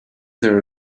there